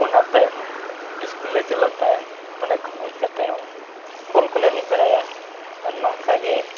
ᱚᱱᱟ ᱛᱟᱭᱚᱢ ᱥᱠᱩᱞ ᱞᱮ ᱪᱟᱞᱟᱜ ᱛᱟᱦᱮᱸᱫ ᱚᱸᱰᱮ ᱠᱷᱚᱱ ᱦᱮᱡ ᱠᱟᱛᱮᱫ ᱦᱚᱸ ᱵᱚᱞ ᱠᱚᱞᱮ ᱮᱱᱮᱡ ᱵᱟᱲᱟᱭᱟ ᱱᱚᱝᱠᱟ ᱜᱮ